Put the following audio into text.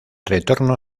retorno